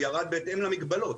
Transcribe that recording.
הוא ירד בהתאם למגבלות.